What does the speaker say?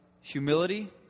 humility